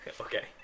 Okay